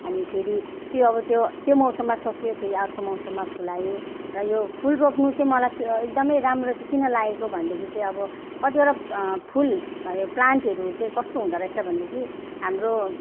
अनि फेरि त्यो अब त्यो त्यो मौसममा सकियो फेरि अर्को मौसममा फुलायो र यो फुल रोप्नु चाहिँ मलाई एकदमै राम्रो चाहिँ किन लागेको भनेदेखि चाहिँ अब कतिवटा फुल भयो प्लान्टहरू चाहिँ कस्तो हुँदोरहेछ भनेदेखि हाम्रो